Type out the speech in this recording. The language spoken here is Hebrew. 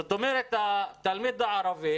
זאת אומרת, על התלמיד הערבי